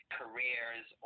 careers